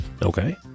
Okay